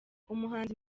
umuhanzi